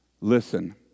Listen